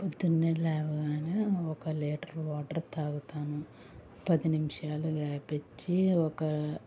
పొద్దున్నే లేవగానే ఒక లీటర్ వాటర్ తాగుతాను పది నిమిషాలు గ్యాప్ ఇచ్చి ఒక